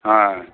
হ্যাঁ